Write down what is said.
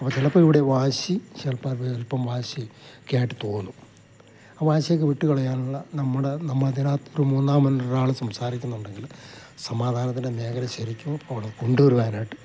അപ്പം ചിലപ്പോൾ ഇവിടെ വാശി ചിലപ്പം ചിലപ്പം വാശി ക്കെയായിട്ട് തോന്നും ആ വാശിയൊക്കെ വിട്ടു കളയാനുള്ള നമ്മുടെ നമ്മൾ അതിനകത്ത് ഒരു മൂന്നാം മുന്നരാൾ സംസാരിക്കുന്നുണ്ടെങ്കിൽ സമാധാനത്തിൻ്റെ മേഖല ശരിക്കും അവിടെ കൊണ്ട് വരുവാനായിട്ട്